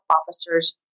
officers